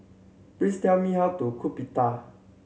please tell me how to cook Pita